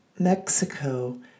Mexico